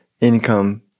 income